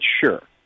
Sure